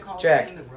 Jack